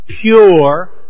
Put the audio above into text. pure